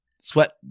Sweat